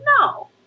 no